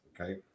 Okay